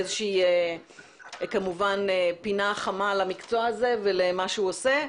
איזושהי פינה חמה למקצוע הזה ולמה שהוא עושה.